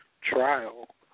trial